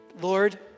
Lord